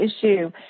issue